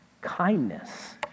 kindness